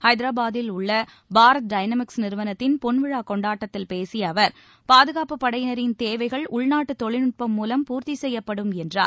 ஹைதராபாதில் உள்ள பாரத் டைனமிக்ஸ் நிறுவனத்தின் பொன்விழா கொண்டாட்டத்தில் பேசிய அவர் பாதுகாப்புப் படையினரின் தேவைகள் உள்நாட்டு தொழில்நுட்பம் மூலம் பூர்த்தி செய்யப்படும் என்றார்